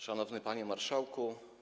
Szanowny Panie Marszałku!